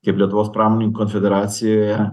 kaip lietuvos pramonininkų konfederacijoje